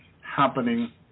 happening